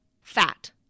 fat